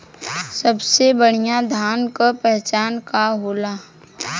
सबसे बढ़ियां धान का पहचान का होला?